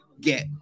get